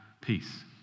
peace